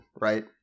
right